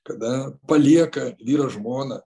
kada palieka vyras žmoną